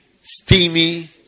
steamy